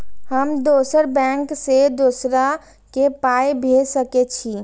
हम दोसर बैंक से दोसरा के पाय भेज सके छी?